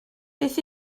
beth